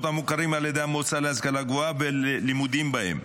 המוכרים על ידי המועצה להשכלה גבוהה וללימודים בהם.